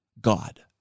God